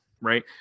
Right